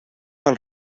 pel